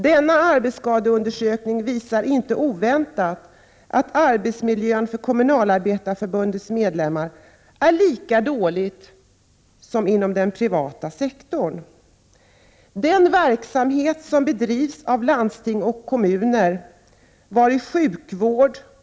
Denna arbetsskadeundersökning visar inte oväntat att arbetsmiljön för Kommunalarbetareförbundets medlemmar är lika dålig som arbetsmiljön inom den privata sektorn.